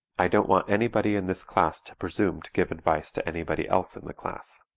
i don't want anybody in this class to presume to give advice to anybody else in the class.